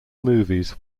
movies